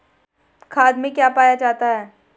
खाद में क्या पाया जाता है?